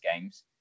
games